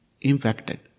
infected